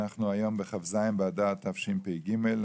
אנחנו היום בכ"ז באדר תשפ"ג,